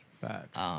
Facts